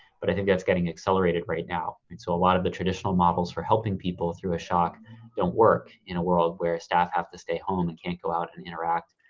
but i think that's getting accelerated right now. and so a lot of the traditional models for helping people through a shock don't work in a world where staff have to stay home and can't go out and interact.